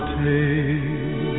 take